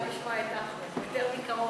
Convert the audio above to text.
אני באה לשמוע את אחמד יותר מקרוב.